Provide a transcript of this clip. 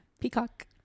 peacock